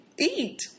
eat